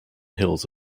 hills